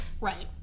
Right